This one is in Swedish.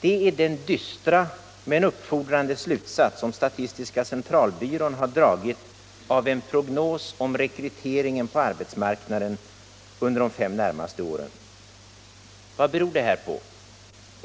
Det är den dystra men uppfordrande slutsats som statistiska centralbyrån har dragit av en prognos om rekryteringen på arbetsmarknaden under de fem närmaste åren. Vad beror det här på?